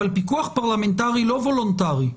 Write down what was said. אבל פיקוח פרלמנטרי לא וולונטרי,